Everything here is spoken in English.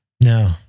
No